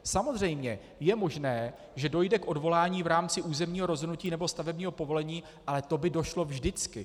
Samozřejmě je možné, že dojde k odvolání v rámci územního rozhodnutí nebo stavebního povolení, ale to by došlo vždycky.